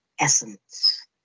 essence